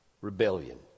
rebellion